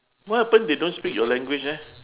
what happen they don't speak your language eh